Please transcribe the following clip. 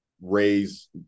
raise